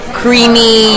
creamy